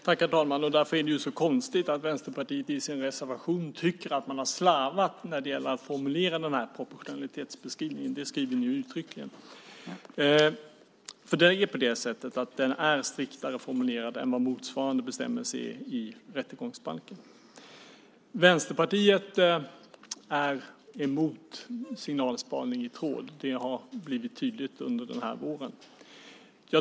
Herr talman! Därför är det så konstigt att Vänsterpartiet i sin reservation tycker att man har slarvat när det gäller att formulera proportionalitetsbeskrivningen. Det skriver ni uttryckligen. Det är på det sättet att den är striktare formulerad än motsvarande bestämmelse i rättegångsbalken. Vänsterpartiet är mot signalspaning. Det har blivit tydligt under våren.